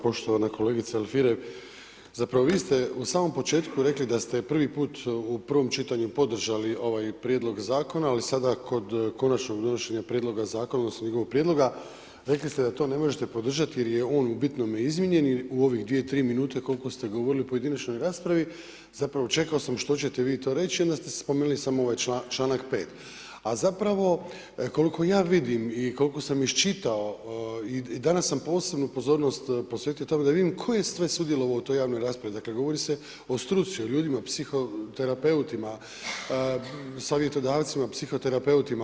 Poštovana kolegice Alfirev, zapravo vi ste u samom početku rekli, da ste prvi put u prvom čitanju podržali ovaj prijedlog zakona, ali sada kod konačnog donošenja prijedloga zakona, odnosno njihovog prijedloga, rekli ste da to ne možete podržati jer je on u bitnome izmijenjen i u ove dvije, tri minute, koliko ste govorili o pojedinačnoj raspravi, zapravo čekao sam što ćete to vi reći, onda ste spomenuli samo ovaj čl. 5. A zapravo, koliko ja vidim i koliko sam iščitao i danas sam posebnu pozornost posvetio tome, da vidim, tko je sve sudjelovao o javnoj raspravi, dakle, govori se o struci, o ljudima, o psihoterapeutima, savjetodavcima, psihoterapeutima.